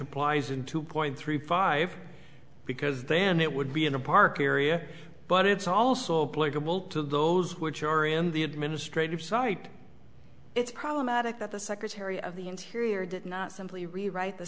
applies in two point three five because then it would be in a park area but it's also pleasurable to those which are in the administrative side it's problematic that the secretary of the interior did not simply rewrite the